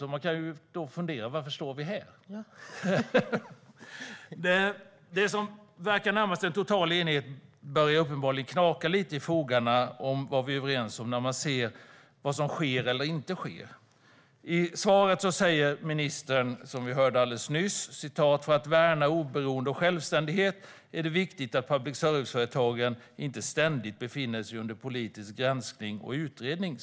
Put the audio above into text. Då kan man fundera över varför vi står här. Det som verkar vara en närmast total enighet börjar knaka lite i fogarna när man ser vad som sker eller inte sker. I svaret säger ministern: "För att värna oberoende och självständighet är det viktigt att public service-företagen inte ständigt befinner sig under politisk granskning och utredning."